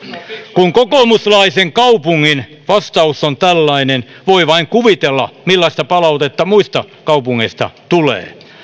kun kokoomuslaisen kaupungin vastaus on tällainen voi vain kuvitella millaista palautetta muista kaupungeista tulee